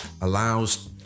allows